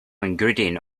ingredient